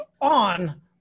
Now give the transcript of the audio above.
on